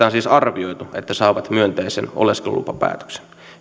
on siis arvioitu että saavat myönteisen oleskelulupapäätöksen